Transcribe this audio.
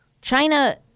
China